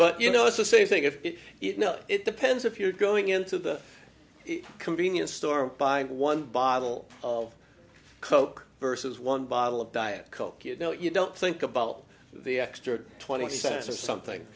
but you know it's the same thing if it it no it depends if you're going into the convenience store buying one bottle of coke versus one bottle of diet coke you know you don't think about the extra twenty cents or something